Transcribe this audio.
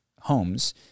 homes—